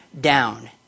down